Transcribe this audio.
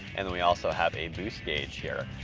and then, we also have a boost gauge here.